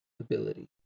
ability